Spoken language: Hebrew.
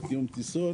תיאום הטיסות